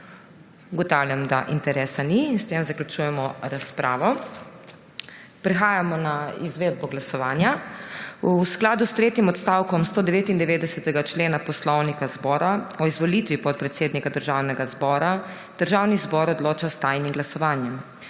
Ugotavljam, da interesa ni, in s tem zaključujem razpravo. Prehajamo na izvedbo glasovanja. V skladu s tretjim odstavkom 199. člena Poslovnika Državnega zbora o izvolitvi podpredsednika Državnega zbora državni zbor odloča s tajnim glasovanjem.